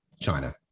China